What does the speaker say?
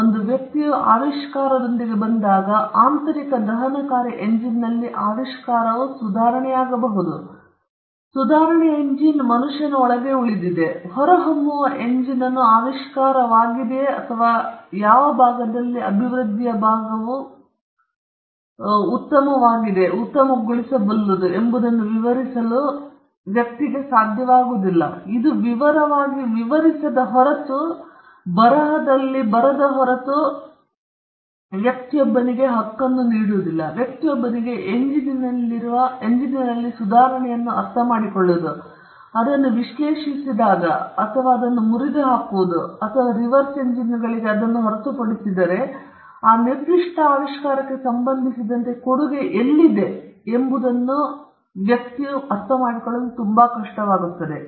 ಒಂದು ವ್ಯಕ್ತಿಯು ಆವಿಷ್ಕಾರದೊಂದಿಗೆ ಬಂದಾಗ ಆಂತರಿಕ ದಹನಕಾರಿ ಎಂಜಿನ್ನಲ್ಲಿ ಆವಿಷ್ಕಾರವು ಸುಧಾರಣೆಯಾಗಬಹುದು ಅದು ಆವಿಷ್ಕಾರವಾಗಬಹುದು ಎಂಜಿನ್ ಒಳಗೆ ಸುಧಾರಣೆ ಉಳಿದಿದೆ ಹೊರಹೊಮ್ಮುವ ಎಂಜಿನ್ ಅನ್ನು ಆವಿಷ್ಕಾರವಾಗಿದೆಯೇ ಅಥವಾ ಯಾವ ಭಾಗದಲ್ಲಿ ಅಭಿವೃದ್ಧಿಯ ಭಾಗವು ವಾಸ್ತವವಾಗಿ ಎಂಜಿನ್ನನ್ನು ಉತ್ತಮಗೊಳಿಸುತ್ತದೆ ಎಂಬುದನ್ನು ವಿವರಿಸಲು ವ್ಯಕ್ತಿಯು ಸಾಧ್ಯವಾಗುವುದಿಲ್ಲ ಇದು ವಿವರವಾಗಿ ವಿವರಿಸದ ಹೊರತು ಬರಹದಲ್ಲಿ ಅದು ವ್ಯಕ್ತಿಯೊಬ್ಬನಿಗೆ ಇಂಜಿನಿನಲ್ಲಿನ ಸುಧಾರಣೆಯನ್ನು ಅರ್ಥಮಾಡಿಕೊಳ್ಳುವುದು ಅದನ್ನು ವಿಶ್ಲೇಷಿಸಿದಾಗ ಅಥವಾ ಅದನ್ನು ಮುರಿದುಹಾಕುವುದು ಅಥವಾ ಅವನು ರಿವರ್ಸ್ ಎಂಜಿನಿಯರ್ಗಳಿಗೆ ಅದನ್ನು ಹೊರತುಪಡಿಸಿದರೆ ಆ ನಿರ್ದಿಷ್ಟ ಆವಿಷ್ಕಾರಕ್ಕೆ ಸಂಬಂಧಿಸಿದಂತೆ ಕೊಡುಗೆ ಎಲ್ಲಿದೆ ಎಂಬುದನ್ನು ಆ ವ್ಯಕ್ತಿಯು ಅರ್ಥಮಾಡಿಕೊಳ್ಳಲು ತುಂಬಾ ಕಷ್ಟವಾಗುತ್ತದೆ